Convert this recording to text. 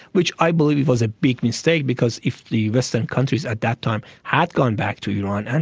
which i believe was a big mistake because if the western countries at that time had gone back to iran, and